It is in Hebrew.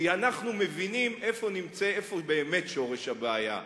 כי אנחנו מבינים איפה באמת שורש הבעיה,